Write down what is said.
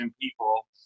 people